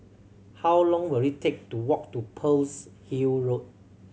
how long will it take to walk to Pearl's Hill Road